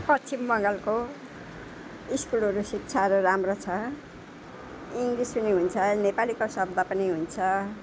पश्चिम बङ्गालको स्कुलहरू शिक्षाहरू राम्रो छ इङ्लिस पनि हुन्छ नेपालीको शब्द पनि हुन्छ